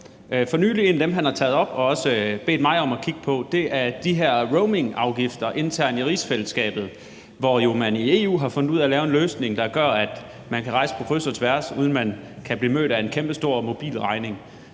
for nylig har taget op og også har bedt mig om at kigge på, er de her roamingafgifter internt i rigsfællesskabet. I EU har man jo fundet ud af at lave en løsning, der gør, at man kan rejse på kryds og tværs og bruge sin mobiltelefon, uden at man bliver mødt af en kæmpestor mobilregning.